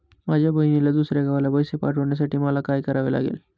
माझ्या बहिणीला दुसऱ्या गावाला पैसे पाठवण्यासाठी मला काय करावे लागेल?